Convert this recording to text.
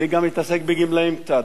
אני גם מתעסק בגמלאים קצת,